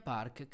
Park